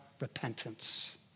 repentance